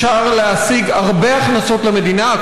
אפשר להשיג הרבה הכנסות למדינה.